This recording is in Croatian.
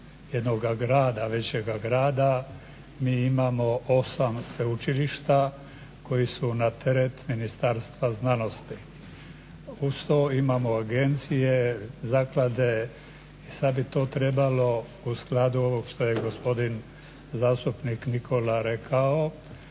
grada, većega grada. Mi imao 8 sveučilišta koji su na teret Ministarstva znanosti. Uz to imamo agencije, zaklade i sad bi to trebalo u skladu ovog što je gospodin zastupnik Nikola rekao,